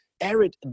arid